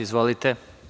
Izvolite.